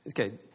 Okay